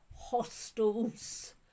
hostels